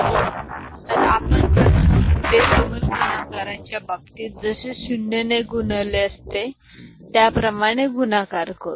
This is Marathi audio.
आपण प्रथम आपण डेसिमल गुणाकार च्या बाबतीत जसे शुन्य ने गुणले असते त्याप्रमाणे गुणाकार करू